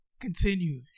continue